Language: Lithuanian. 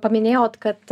paminėjot kad